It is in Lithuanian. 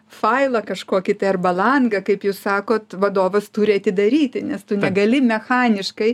failą kažkokį tai arba langą kaip jūs sakot vadovas turi atidaryti nes tu negali mechaniškai